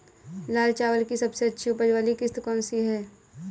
लाल चावल की सबसे अच्छी उपज वाली किश्त कौन सी है?